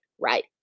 right